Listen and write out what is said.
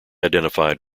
identified